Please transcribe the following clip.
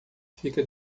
fica